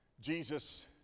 Jesus